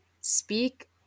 speak